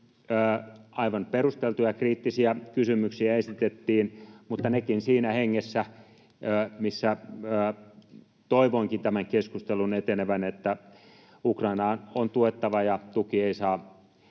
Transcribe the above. aivan perusteltuja kriittisiä kysymyksiä esitettiin, mutta nekin siinä hengessä, missä toivoinkin tämän keskustelun etenevän, että Ukrainaa on tuettava ja tuki ei saa